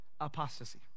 Apostasy